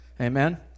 Amen